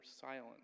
silent